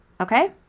okay